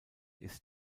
ist